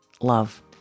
Love